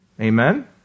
Amen